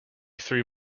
three